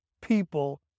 people